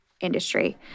industry